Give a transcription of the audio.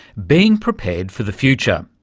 being prepared for the future.